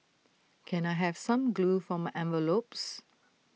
can I have some glue for my envelopes